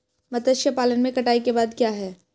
मत्स्य पालन में कटाई के बाद क्या है?